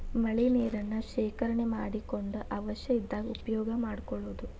ಮಳಿ ನೇರನ್ನ ಶೇಕರಣೆ ಮಾಡಕೊಂಡ ಅವಶ್ಯ ಇದ್ದಾಗ ಉಪಯೋಗಾ ಮಾಡ್ಕೊಳುದು